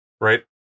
Right